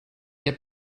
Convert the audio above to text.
heb